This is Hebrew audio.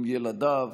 עם ילדיו,